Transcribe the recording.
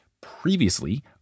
previously